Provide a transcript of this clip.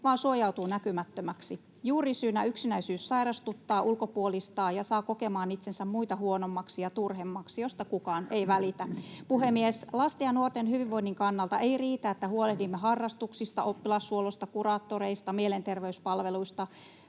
vaan suojautuu näkymättömäksi. Juurisyynä yksinäisyys sairastuttaa, ulkopuolistaa ja saa kokemaan itsensä muita huonommaksi ja turhemmaksi, josta kukaan ei välitä. Puhemies! Lasten ja nuorten hyvinvoinnin kannalta ei riitä, että huolehdimme harrastuksista, oppilashuollosta, kuraattoreista, mielenterveyspalveluista.